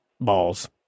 balls